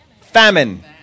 famine